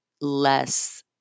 less